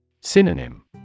Synonym